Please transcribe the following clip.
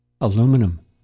aluminum